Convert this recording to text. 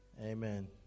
Amen